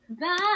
Bye